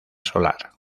solar